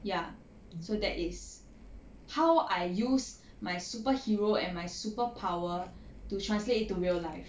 ya so that is how I use my superhero and my super power to translate into real life